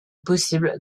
possible